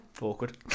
Awkward